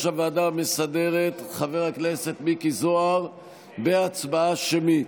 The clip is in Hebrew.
הוועדה המסדרת חבר הכנסת מיקי זוהר בהצבעה שמית.